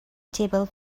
table